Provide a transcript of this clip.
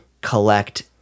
collect